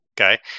okay